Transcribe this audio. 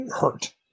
hurt